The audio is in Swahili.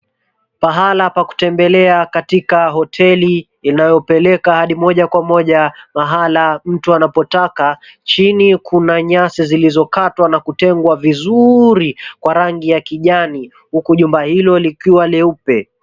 Pahala pa kutembelea katika hoteli inayopeleka hadi moja kwa moja pahala mtu anapotaka. Chini kuna nyasi zilizokatwa na kutengwa vizuri kwa rangi ya kijani huku jumba hilo likiwa leupe.